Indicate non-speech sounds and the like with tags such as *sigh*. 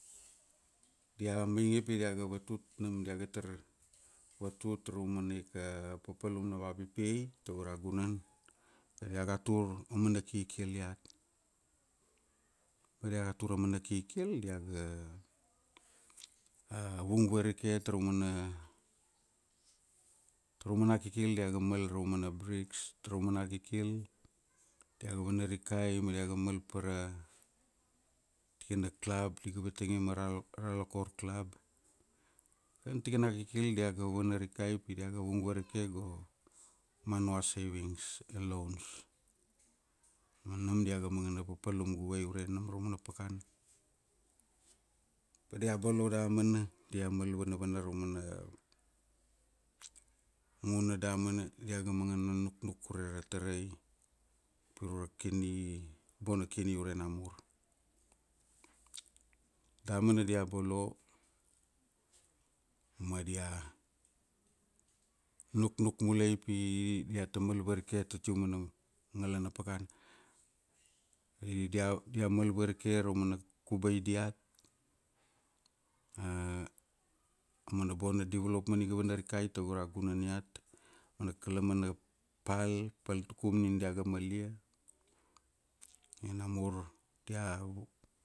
Dia mainge pi diata vatutu nam diaga tar, vatut ra umana ika papalum na vapipiai, tago ra gunan. Ba dia ga tur, auman kikil iat. Ba dia tur aumana kikil, vung varike taraumana, taraumana kikil dia ga mal raumana briks, taraumana kikil dia ga vana rikai ma dia ga ,mal pa ra, tikana club di ga vatang ia Ral- Ralokor club. Nam tikana kikil dia ga vana rikai pi diaga vung varike go, Manua Savings and Loans. Ma nam diaga mangana papalum guvai ure nam ra mana pakana, ba dia bolo damana, dia mal vanvana ra mana, nguna damana, dia ga ,mangana nuknuk ure ra tarai, ure ra kini, bona kini ure namur. Damana dia bolo, ma, dia nuknuk mulai pi diata mal varike ta tia umana ngalana pakana. I, dia, dia mal varike ra umana kubai diat, *hesitation* aumana bona development iga vana rikai tago ra gunan iat. Mana kalamana pal, pal tukum nin diaga mal ia, io namur dia